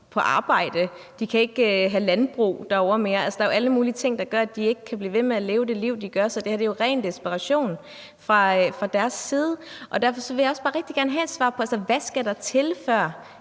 på arbejde. De kan ikke have landbrug derovre mere. Altså, der er alle mulige ting, der gør, at de ikke kan blive ved med at leve det liv, de gør. Så det her er jo ren desperation fra deres side. Derfor vil jeg også bare rigtig gerne have et svar på: Hvad skal der til, før